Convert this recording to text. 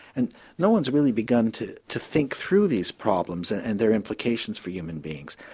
and no one has really begun to to think through these problems and and there implications for human beings.